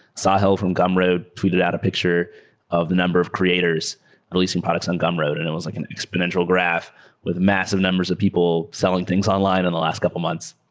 sahil from gumroad twitter out a picture of the number of creators releasing products and gumroad, and it was like an exponential graph with massive numbers of people selling things online in the last couple months.